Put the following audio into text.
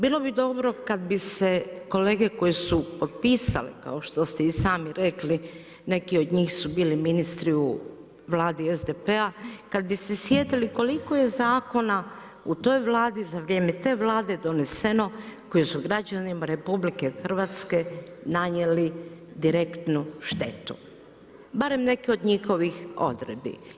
Bilo bi dobro kada bi se kolege koje su potpisale kao što ste i sami rekli neki od njih su bili ministri u vladi SDP-a, kada bi se sjetili koliko je zakona u toj vladi za vrijeme te vlade doneseno koji su građanima RH nanijeli direktnu štetu, barem neki od njihovih odredbi.